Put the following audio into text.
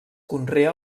conrea